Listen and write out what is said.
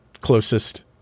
closest